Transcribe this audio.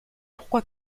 pourquoi